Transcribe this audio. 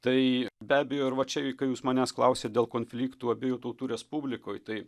tai be abejo ir va čia kai jūs manęs klausėt dėl konfliktų abiejų tautų respublikoj tai